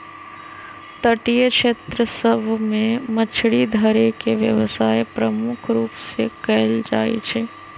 तटीय क्षेत्र सभ में मछरी धरे के व्यवसाय प्रमुख रूप से कएल जाइ छइ